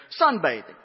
sunbathing